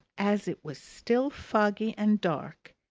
as it was still foggy and dark,